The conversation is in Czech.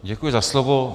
Děkuji za slovo.